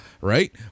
right